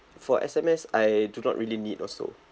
for S_M_S I do not really need also